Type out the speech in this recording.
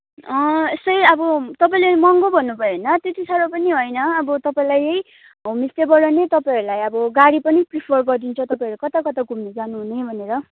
अँ यस्तै अब तपाईँले महँगो भन्नुभयो होइन त्यति साह्रो पनि होइन अब तपाईँलाई यही होमस्टेबाट नै तपाईँहरूलाई अब गाडी पनि प्रिफर गरिदिन्छ तपाईँहरू कता कता घुम्न जानुहुने भनेर